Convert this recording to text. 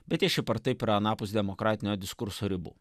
bet jis šiaip ar taip yra anapus demokratinio diskurso ribų